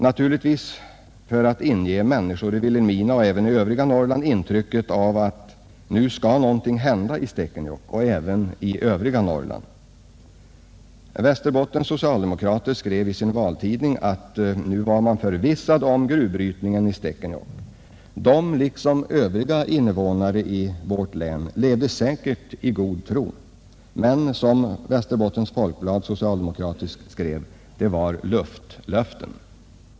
Naturligtvis ville han inge människor i Vilhelmina och även i övriga Norrland intrycket av att nu skall något hända i Stekenjokk och även i övriga Norrland. Västerbottens socialdemokrater skrev i sin valtidning, att nu var man förvissad om gruvbrytningen i Stekenjokk. De, liksom övriga innevånare i länet, levde säkert i god tro. Men, som Västerbottens Folkblad skrev, det var luftlöften.